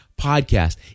podcast